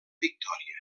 victòria